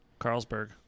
Carlsberg